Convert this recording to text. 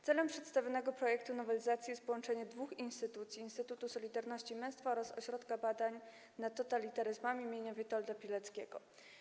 Celem przedstawionego projektu nowelizacji jest połączenie dwóch instytucji, Instytutu Solidarności i Męstwa oraz Ośrodka Badań nad Totalitaryzmami im. Witolda Pileckiego.